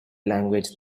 language